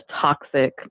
toxic